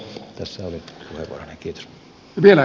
tässä oli puheenvuoroni